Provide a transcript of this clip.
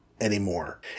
anymore